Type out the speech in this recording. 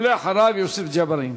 ואחריו, יוסף ג'בארין.